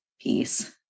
peace